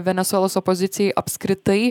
venesuelos opozicijai apskritai